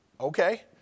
Okay